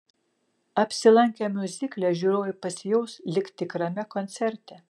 apsilankę miuzikle žiūrovai pasijaus lyg tikrame koncerte